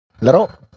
laro